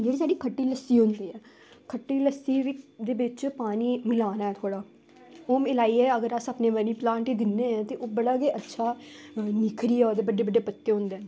जेह्ड़ी साढ़ी खट्टी लस्सी होंदी ऐ खट्टी लस्सी दे बिच्च पानी मलाना ऐ थोह्ड़ा ओह् मिलाइयै अगर अस अपने मनी प्लांट गी दिन्ने आं ते ओह् बड़ा गै अच्छा निखरियै ओह्दे बड्डे बड्डे पत्ते होंदे न